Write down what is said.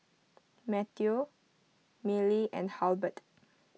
Matteo Milly and Halbert